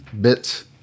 bits